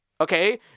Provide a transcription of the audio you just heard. Okay